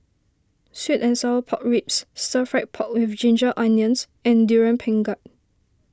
Sweet and Sour Pork Ribs Stir Fried Pork with Ginger Onions and Durian Pengat